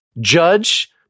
judge